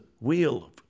wheel